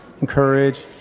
encourage